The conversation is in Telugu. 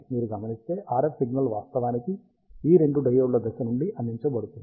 మీరు గమనిస్తే RF సిగ్నల్ వాస్తవానికి ఈ రెండు డయోడ్ల దశ నుండి అందించబడుతుంది